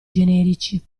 generici